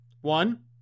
One